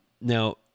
Now